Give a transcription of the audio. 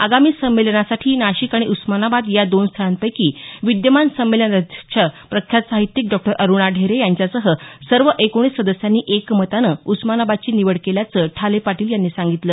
आगामी संमेलनासाठी नाशिक आणि उस्मानाबाद या दोन स्थळांपैकी विद्यमान संमेलन अध्यक्ष प्रख्यात साहित्यिक डॉ अरुणा ढेरे यांच्यासह सर्व एकोणीस सदस्यांनी एकमतानं उस्मानाबादची निवड केल्याचं ठाले पाटील यांनी सांगितलं